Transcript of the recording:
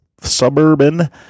suburban